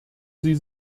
sie